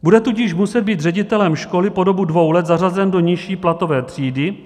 Bude tudíž muset být ředitelem školy po dobu dvou let zařazen do nižší platové třídy.